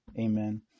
Amen